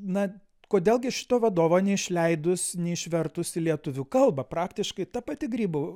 na kodėl gi šito vadovo neišleidus neišvertus į lietuvių kalbą praktiškai ta pati grybų